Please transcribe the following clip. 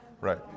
Right